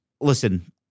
listen